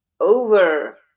over